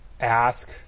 ask